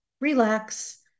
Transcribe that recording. relax